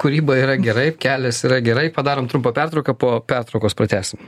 kūryba yra gerai kelias yra gerai padarom trumpą pertrauką po pertraukos pratęsim